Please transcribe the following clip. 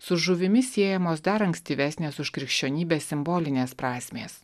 su žuvimi siejamos dar ankstyvesnės už krikščionybę simbolinės prasmės